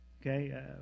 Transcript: okay